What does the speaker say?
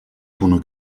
bunu